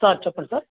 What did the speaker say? sir చెప్పండి sir